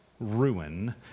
Ruin